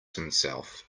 himself